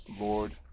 Lord